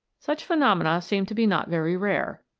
such phenomena seem to be not very rare.